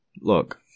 Look